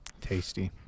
tasty